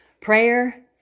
prayer